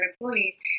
employees